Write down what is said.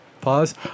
Pause